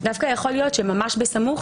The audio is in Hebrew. יש לך עשרות